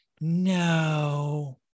no